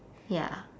ya